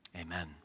amen